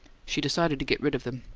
she decided to get rid of them.